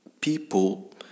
people